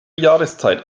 jahreszeit